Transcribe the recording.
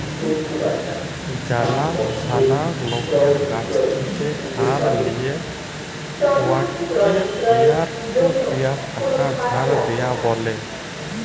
জালাশলা লকের কাছ থ্যাকে ধার লিঁয়ে উয়াকে পিয়ার টু পিয়ার টাকা ধার দিয়া ব্যলে